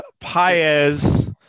Paez